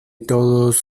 todos